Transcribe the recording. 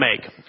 make